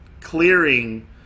clearing